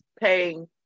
paying